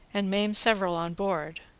and maim several on board.